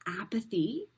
apathy